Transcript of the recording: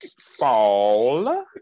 fall